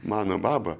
mano baba